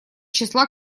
числа